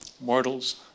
mortals